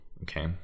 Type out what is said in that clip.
okay